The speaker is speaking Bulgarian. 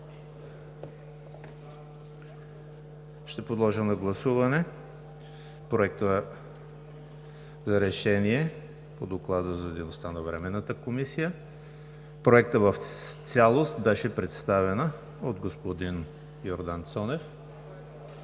Подлагам на гласуване Проекта на решение по Доклада за дейността на Временната комисия, който в цялост беше представен от господин Йордан Цонев.